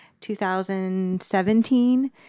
2017